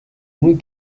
muy